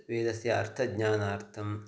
वेदस्य अर्थज्ञानार्थं